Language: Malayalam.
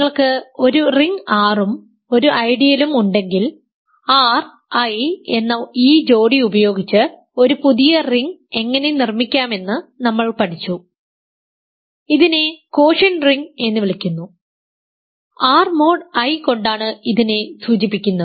നിങ്ങൾക്ക് ഒരു റിംഗ് R ഉം ഒരു ഐഡിയലും ഉണ്ടെങ്കിൽ R I എന്ന ഈ ജോഡി ഉപയോഗിച്ച് ഒരു പുതിയ റിംഗ് എങ്ങനെ നിർമ്മിക്കാമെന്ന് നമ്മൾ പഠിച്ചു ഇതിനെ കോഷ്യന്റ് റിംഗ് എന്ന് വിളിക്കുന്നു R മോഡ് I കൊണ്ടാണ് അതിനെ സൂചിപ്പിക്കുന്നത്